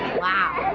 wow.